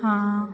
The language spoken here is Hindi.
हाँ